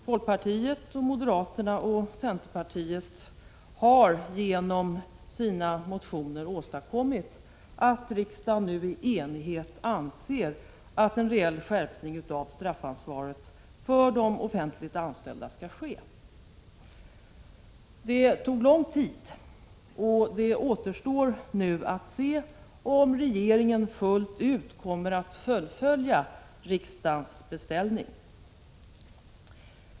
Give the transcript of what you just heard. Folkpartiet, moderaterna och centerpartiet har genom sina motioner åstadkommit att riksdagen nu i enighet anser att en reell skärpning av straffansvaret för de offentligt anställda skall ske. Det har dock tagit lång tid, och det återstår att se om regeringen fullt ut kommer att fullfölja riksdagens beställning.